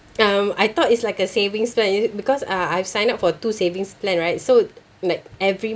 um I thought it's like a savings plan is it because uh I've signed up for two savings plan right so like every